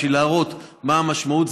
בשביל להראות מה המשמעות,